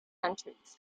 countries